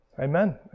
amen